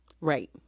Right